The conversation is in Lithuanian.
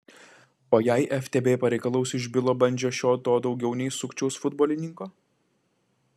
o jei ftb pareikalaus iš bilo bandžio šio to daugiau nei sukčiaus futbolininko